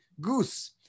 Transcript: goose